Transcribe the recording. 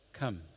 come